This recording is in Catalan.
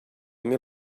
mil